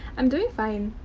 i'm doing fine.